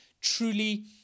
truly